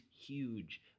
huge